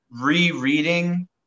re-reading